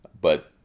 but-